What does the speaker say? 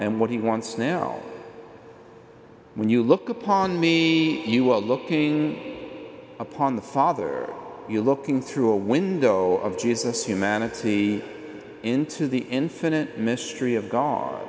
and what he wants now when you look upon me you are looking upon the father you're looking through a window of jesus humanity into the infinite mystery of g